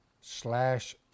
slash